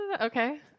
Okay